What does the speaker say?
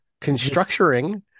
Constructuring